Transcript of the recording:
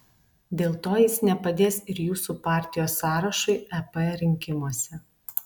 dėl to jis nepadės ir jūsų partijos sąrašui ep rinkimuose